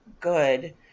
good